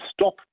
stop